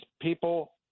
people